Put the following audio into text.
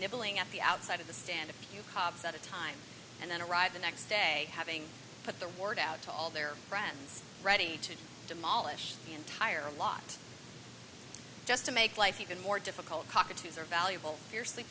nibbling at the outside of the stand a few cups at a time and then arrive the next day having put the word out to all their friends ready to demolish the entire lot just to make life even more difficult cockatoos are valuable fiercely